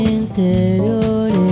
interior